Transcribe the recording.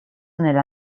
nella